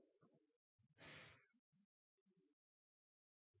vær så